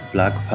Black